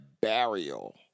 burial